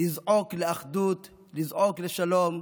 לזעוק לאחדות, לזעוק לשלום,